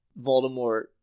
Voldemort